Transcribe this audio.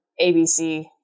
ABC